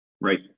Right